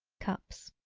cups.